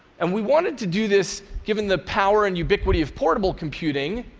and we wanted to do this, given the power and ubiquity of portable computing,